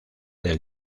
del